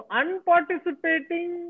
unparticipating